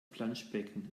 planschbecken